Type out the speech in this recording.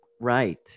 Right